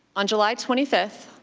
on july twenty five,